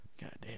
Goddamn